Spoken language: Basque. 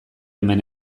hemen